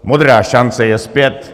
Modrá šance je zpět.